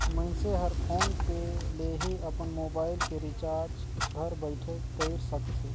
मइनसे हर PhonePe ले ही अपन मुबाइल के रिचार्ज घर बइठे कएर सकथे